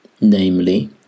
namely